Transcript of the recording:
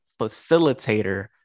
facilitator